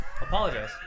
apologize